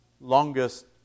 longest